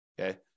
okay